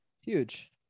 Huge